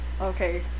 okay